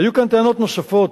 היו כאן טענות נוספות.